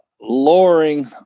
lowering